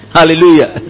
Hallelujah